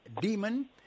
demon